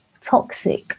toxic